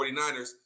49ers